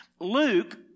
Luke